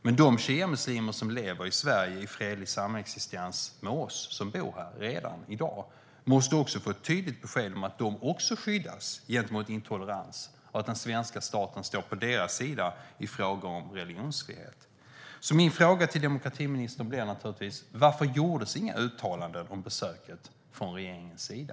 Men de shiamuslimer som lever i Sverige i fredlig samexistens med oss måste få ett tydligt besked om att de också skyddas gentemot intolerans och att den svenska staten står på deras sida i fråga om religionsfrihet. Min fråga till demokratiministern blir naturligtvis: Varför gjordes inga uttalanden om besöket från regeringens sida?